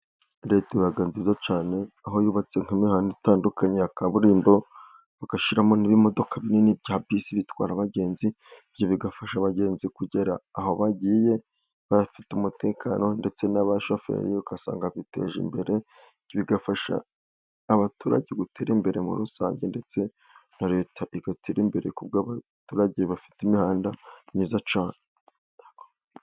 Leta iba nziza cyane aho yubatse nk'imihanda itandukanye, ya kaburimbo, igashyiramo n'ibimodoka binini bya bisi bitwara abagenzi, ibyo bigafasha abagenzi kugera aho bagiye bafite umutekano, ndetse n'abashoferi ugasanga biteje imbere, bigafasha abaturage gutera imbere muri rusange, ndetse na leta igatera imbere, kubw'abaturage bafite imihanda myiza cyane.